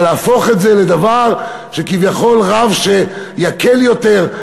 אבל להפוך את זה לדבר של כביכול רב שיקל יותר,